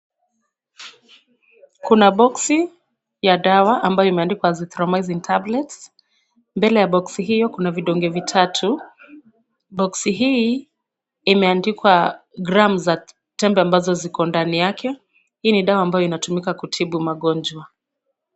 Kuna boksi ya dawa ambayo imeandikwa Azithromycin Tablets. Mbele ya boksi hiyo kuna vidonge vitatu. Boksi hii imeandikwa grams za tembe ambazo ziko ndani yake. Hii ni dawa ambayo inatumika kutibu magonjwa.